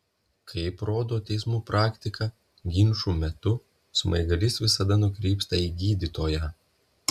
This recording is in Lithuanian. kaip rodo teismų praktika ginčų metu smaigalys visada nukrypsta į gydytoją